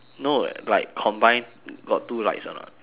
no like combine got two lights or not